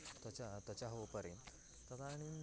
त्वचः त्वचः उपरि तदानीं